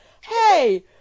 Hey